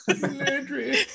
Landry